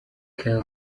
kyle